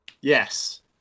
yes